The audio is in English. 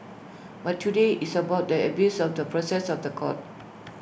but today it's about the abuse of the process of The Court